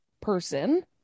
person